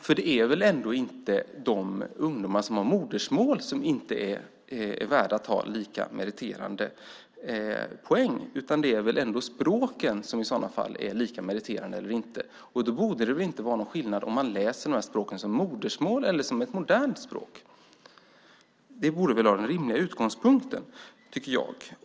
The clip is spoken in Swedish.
För det är väl ändå inte de ungdomar som har modersmål som extra språk som inte är värda att ha lika meriterande poäng, utan det är väl ändå språken som i sådana fall är lika meriterande eller inte? Då borde det väl inte vara någon skillnad om man läser de här språken som modersmål eller som ett modernt språk? Det borde vara den rimliga utgångspunkten, tycker jag.